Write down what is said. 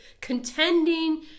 contending